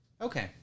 Okay